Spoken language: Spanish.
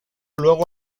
luego